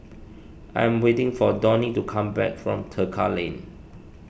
I am waiting for Donie to come back from Tekka Lane